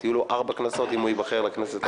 כלומר יהיו לו ארבע כנסות אם הוא ייבחר לכנסת הבאה.